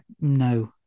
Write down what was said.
no